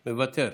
מוותר.